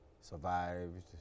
survived